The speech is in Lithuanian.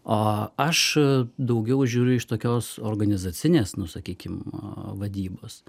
o aš daugiau žiūriu iš tokios organizacinės nu sakykim vadybos